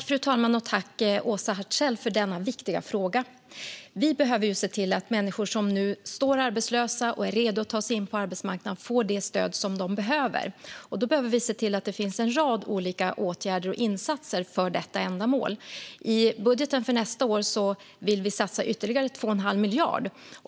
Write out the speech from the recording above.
Fru talman! Tack, Åsa Hartzell, för denna viktiga fråga! Vi behöver se till att människor som nu står arbetslösa och är redo att ta sig in på arbetsmarknaden får det stöd som de behöver. Då behöver vi se till att det finns en rad olika åtgärder och insatser för detta ändamål. I budgeten för nästa år vill vi satsa ytterligare 2 1⁄2 miljard.